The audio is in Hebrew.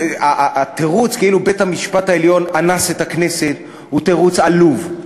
התירוץ כאילו בית-המשפט העליון אנס את הכנסת הוא תירוץ עלוב.